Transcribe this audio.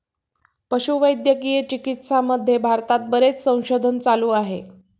पशुवैद्यकीय चिकित्सामध्ये भारतात बरेच संशोधन चालू आहे